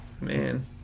Man